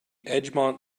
edgemont